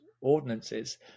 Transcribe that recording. ordinances